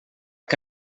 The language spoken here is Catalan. que